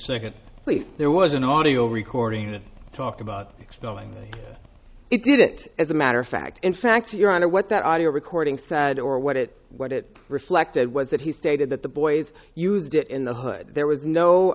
second please there was an audio recording that talked about expelling it did it as a matter of fact in fact your honor what that audio recording said or what it what it reflected was that he stated that the boys used it in the hood there was no